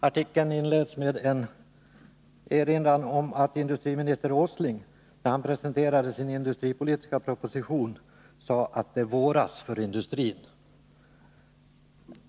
Artikeln inleds med en erinran om att industriminister Nils Åsling, när han presenterade sin industripolitiska proposition, sade att det våras för industrin.